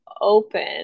open